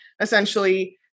essentially